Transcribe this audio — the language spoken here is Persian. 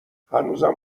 هنوزم